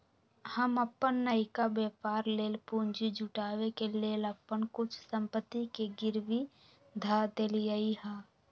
हम अप्पन नयका व्यापर लेल पूंजी जुटाबे के लेल अप्पन कुछ संपत्ति के गिरवी ध देलियइ ह